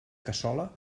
cassola